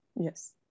Yes